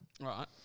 right